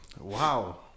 Wow